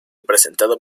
presentado